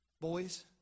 Boys